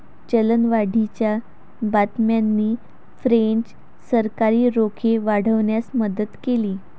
चलनवाढीच्या बातम्यांनी फ्रेंच सरकारी रोखे वाढवण्यास मदत केली